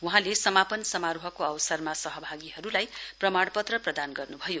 वहाँले समापन समारोहको अवसरमा सहभागीहरुलाई प्रमाणपत्र प्रदान गर्नुभयो